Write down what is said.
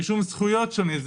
רישום זכויות שונה,